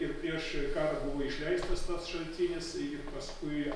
ir kai aš buvo išleistas tas šaltinis ir paskui